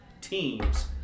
teams